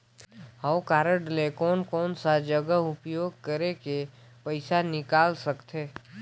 हव कारड ले कोन कोन सा जगह उपयोग करेके पइसा निकाल सकथे?